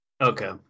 Okay